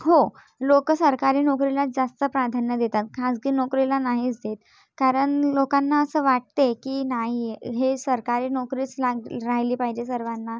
हो लोक सरकारी नोकरीलाच जास्त प्राधान्य देतात खाजगी नोकरीला नाहीच देत कारण लोकांना असं वाटते की नाही आहे हे सरकारी नोकरीच ला राहिली पाहिजे सर्वांना